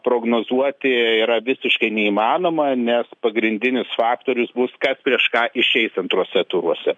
prognozuoti yra visiškai neįmanoma nes pagrindinis faktorius bus kas prieš ką išeis antruose turuose